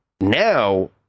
now